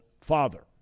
father